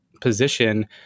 position